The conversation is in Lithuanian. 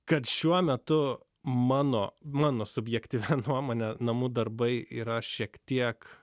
kad šiuo metu mano mano subjektyvia nuomone namų darbai yra šiek tiek